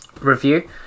review